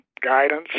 guidance